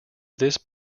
this